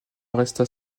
resta